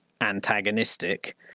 antagonistic